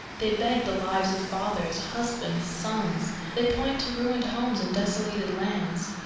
they beg the lives of fathers, husbands, sons they point to ruined homes and desolated lands.